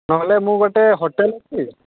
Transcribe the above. ନହେଲେ ମୁଁ ଗୋଟିଏ ହୋଟେଲ୍ ଅଛି